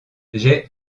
j’ai